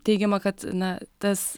teigiama kad na tas